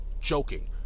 joking